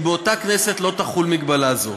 כי באותה כנסת לא תחול מגבלה זו.